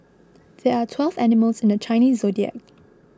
there are twelve animals in the Chinese zodiac